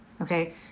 okay